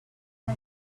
was